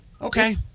Okay